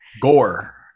Gore